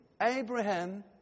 Abraham